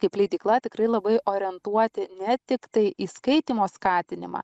kaip leidykla tikrai labai orientuoti ne tiktai į skaitymo skatinimą